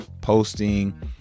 posting